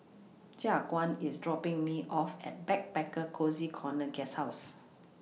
Jaquan IS dropping Me off At Backpacker Cozy Corner Guesthouse